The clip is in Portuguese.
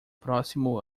próximo